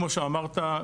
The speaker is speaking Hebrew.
כמו שאמרת,